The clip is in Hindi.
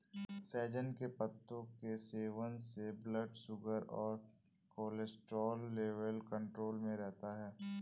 सहजन के पत्तों के सेवन से ब्लड शुगर और कोलेस्ट्रॉल लेवल कंट्रोल में रहता है